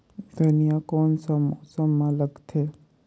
धनिया कोन सा मौसम मां लगथे?